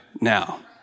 now